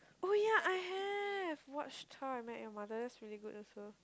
oh ya I have watched How-I-Met-Your-Mother that's really good also